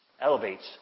elevates